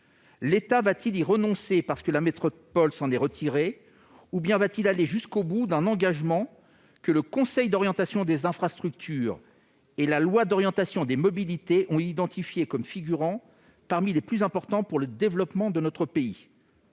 L'État va-t-il y renoncer parce que la métropole s'en est retirée ou bien va-t-il mener à son terme un engagement que le Conseil d'orientation des infrastructures (COI) et la loi d'orientation des mobilités (LOM) ont identifié parmi les plus importants pour le développement de notre pays ?